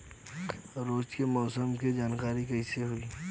रोज के मौसम के जानकारी कइसे होखि?